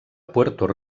puerto